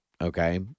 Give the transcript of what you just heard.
okay